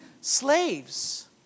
slaves